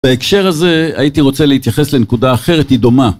בהקשר הזה הייתי רוצה להתייחס לנקודה אחרת, היא דומה.